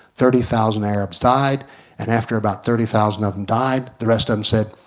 thirty thousand arabs died and after about thirty thousand of them died the rest of them said,